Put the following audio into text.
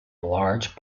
large